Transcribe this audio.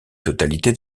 totalité